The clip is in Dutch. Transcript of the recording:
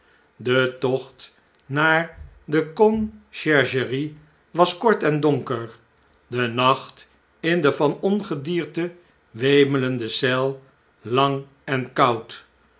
de tocht naar de conciergerie was kort en donker de nacht in de van ongedierte wemelende eel lang en koud